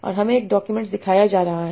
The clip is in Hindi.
और हमें एक डॉक्यूमेंट्स दिखाया जा रहा है